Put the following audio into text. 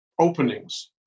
openings